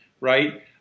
Right